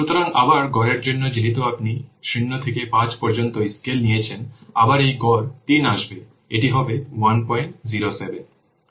সুতরাং আবার গড়ের জন্য যেহেতু আপনি 0 থেকে 5 পর্যন্ত স্কেল নিয়েছেন আবার এই গড় 3 আসবে এটি হবে 107